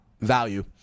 value